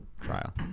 trial